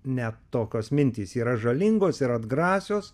net tokios mintys yra žalingos ir atgrasios